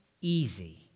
easy